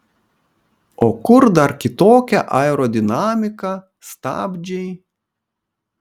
o kur dar kitokia aerodinamika stabdžiai